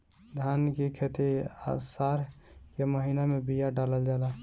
धान की खेती आसार के महीना में बिया डालल जाला?